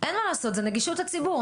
אין מה לעשות זו נגישות הציבור.